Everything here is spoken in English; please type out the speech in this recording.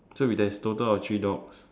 so we there's total of three dogs